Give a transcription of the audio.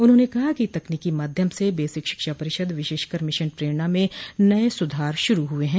उन्होंने कहा कि तकनीकी माध्यम से बेसिक शिक्षा परिषद विशेष कर मिशन प्रेरणा में नये सुधार शुरू हुए है